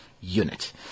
unit